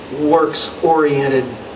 works-oriented